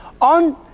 On